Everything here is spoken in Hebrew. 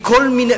מכל מיני,